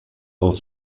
auf